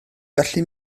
gallu